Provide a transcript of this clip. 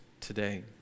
today